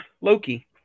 Loki